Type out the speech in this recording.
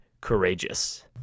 courageous